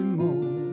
more